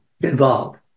involved